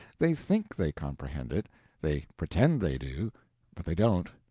they think they comprehend it they pretend they do but they don't.